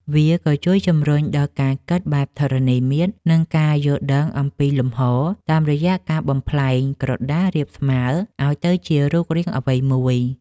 វាក៏ជួយជម្រុញដល់ការគិតបែបធរណីមាត្រ និងការយល់ដឹងអំពីលំហ តាមរយៈការបំប្លែងក្រដាសរាបស្មើឱ្យទៅជារូបរាងអ្វីមួយ។